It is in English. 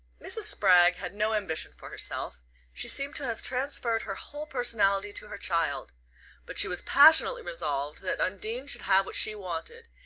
mrs. spragg had no ambition for herself she seemed to have transferred her whole personality to her child but she was passionately resolved that undine should have what she wanted,